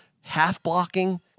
half-blocking